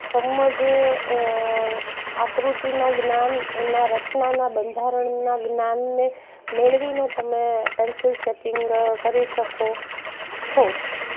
સમજ આકૃતિના જ્ઞાન એના રચનાના બંધારણના જ્ઞાનને મેળવીને તમે પેન્સિલ સ્કેચિંગ કરી શકો છો